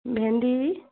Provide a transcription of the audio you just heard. ভেন্দী